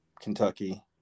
Kentucky